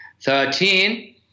Thirteen